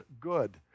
good